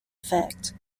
effect